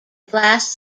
glass